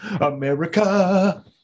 America